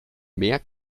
mehr